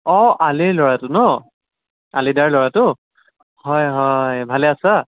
অঁ আলিৰ ল'ৰাটো ন আলিদাৰ ল'ৰাটো হয় হয় ভালে আছা